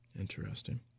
Interesting